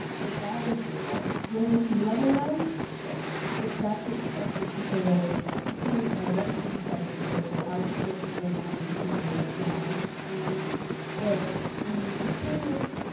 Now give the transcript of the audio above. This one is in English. that that is in what? global sea level rise. okay, yeah. that that's expected to sort of create a refugee crisis that will outstrip even the one in syria right now. and that um i'm curious,